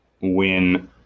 win